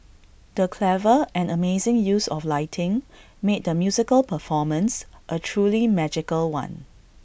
the clever and amazing use of lighting made the musical performance A truly magical one